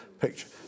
picture